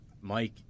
Mike